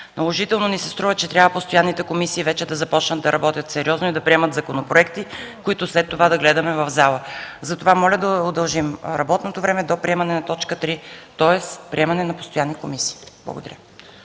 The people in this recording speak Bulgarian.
Наложително ни се струва, че трябва постоянните комисии вече да започнат да работят сериозно и да приемат законопроектите, които след това да гледаме в залата. Затова моля да удължим работното време до приемане на точка трета, тоест, до приемането на постоянните комисии. Благодаря.